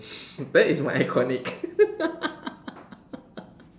that is my iconic